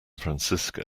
francisco